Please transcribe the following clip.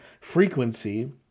frequency